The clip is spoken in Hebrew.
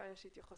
כאן יש התייחסות